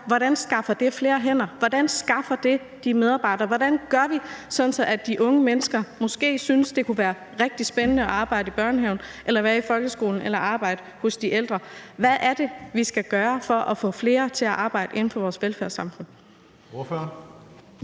Hvordan skaffer alt det her flere hænder? Hvordan skaffer det de medarbejdere? Hvordan skal vi gøre det, så de unge mennesker måske synes, det kunne være rigtig spændende at arbejde i børnehaven eller i folkeskolen eller arbejde hos de ældre? Hvad er det, vi skal gøre for at få flere til at arbejde inden for vores velfærdssamfund? Kl.